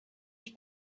ich